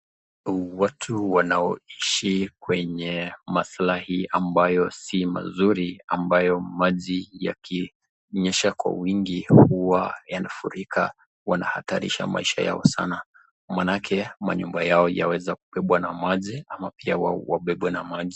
Watu wanaoishi kwenye masla hii enye sii mazuri, ambayo maji yakinyesha kwa wingi yakiwa yanafurika unahatarisha maisha yao sana, manake manyumba yao yaweza kubebwa na maji ama pia wao wabebwe na maji.